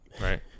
Right